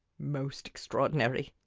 most extraordinary!